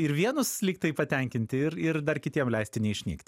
ir vienus lyg tai patenkinti ir ir dar kitiem leisti neišnykti